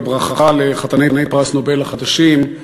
בברכה לחתני פרס נובל החדשים,